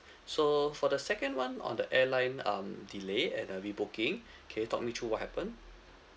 so for the second one on the airline um delay and uh re-booking can you talk me through what happened